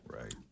Right